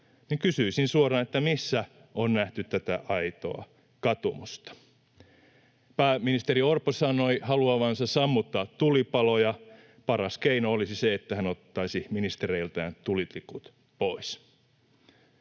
kysyisin suoraan, missä on nähty tätä aitoa katumusta. Pääministeri Orpo sanoi haluavansa sammuttaa tulipaloja. Paras keino olisi se, että hän ottaisi ministereiltään tulitikut pois.